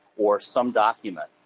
or some document.